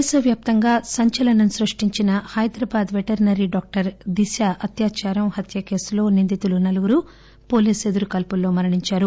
దేశవ్యాప్తంగా సంచలనం సృష్టించిన హైదరాబాద్ వెటర్పరీ డాక్టర్ దిశ అత్యాచారం హత్య కేసులో నిందితులు నలుగురూ పోలీసు ఎదురుకాల్పుల్లో మరణించారు